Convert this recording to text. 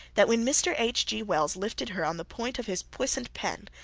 that when mr. h. g. wells lifted her on the point of his puissant pen,